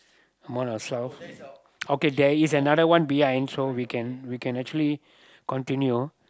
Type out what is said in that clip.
amount of south okay there is another one behind so we can we can actually continue